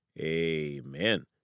amen